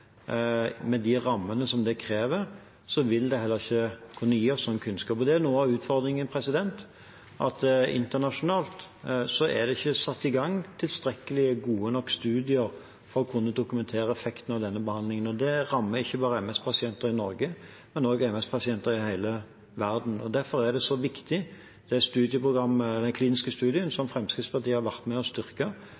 med de rammene det krever, og da vil det heller ikke kunne gi oss ny kunnskap. Noe av utfordringen er at det internasjonalt ikke er satt i gang tilstrekkelig gode nok studier for å kunne dokumentere effekten av denne behandlingen. Det rammer ikke bare MS-pasienter i Norge, men MS-pasienter i hele verden. Derfor er den kliniske studien som Fremskrittspartiet har vært med og styrket, så viktig, for den kunnskapen som kommer gjennom det studieprogrammet,